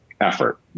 effort